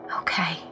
Okay